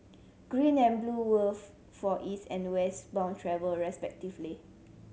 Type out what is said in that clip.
green and blue were for East and West bound travel respectively